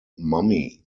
mummy